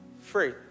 free